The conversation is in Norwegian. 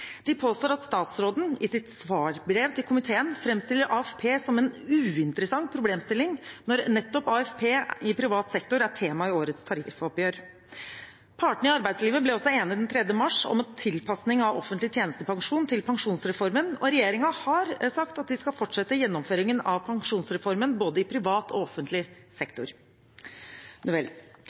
De påstår at statsråden i sitt svarbrev til komiteen framstiller AFP som en uinteressant problemstilling, når nettopp AFP i privat sektor er tema i årets tariffoppgjør. Partene i arbeidslivet ble den 3. mars enige om en tilpasning av offentlig tjenestepensjon til pensjonsreformen, og regjeringen har sagt at den skal fortsette gjennomføringen av pensjonsreformen i både privat og offentlig sektor.